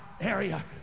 area